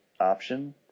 option